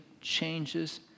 Changes